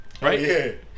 right